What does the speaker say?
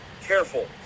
careful